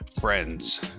friends